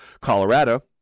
Colorado